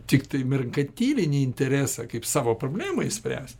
tiktai mirkatyvinį interesą kaip savo problemą išspręs